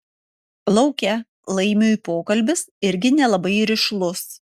lauke laimiui pokalbis irgi nelabai rišlus